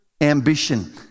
ambition